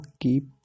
keep